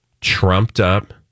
trumped-up